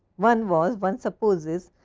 one was, one supposes,